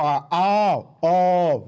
are all all